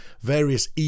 various